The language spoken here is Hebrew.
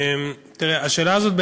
השאלה הזאת,